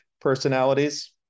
personalities